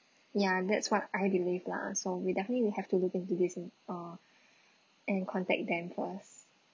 ya that's what I believe lah so we definitely will have to look into this and uh and contact them first